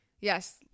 Yes